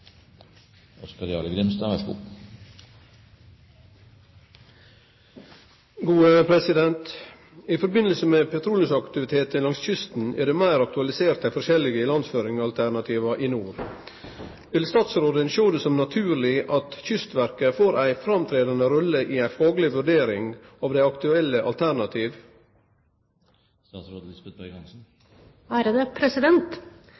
det meir aktualisert dei forskjellige ilandføringsalternativa i nord. Vil statsråden sjå det som naturleg at Kystverket får ei framtredande rolle i ei fagleg vurdering av dei alternativa som er aktuelle?»